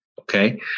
okay